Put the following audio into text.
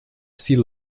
sea